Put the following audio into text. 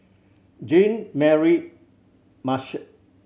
Jean Mary Marshall